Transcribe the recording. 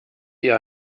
eher